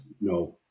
No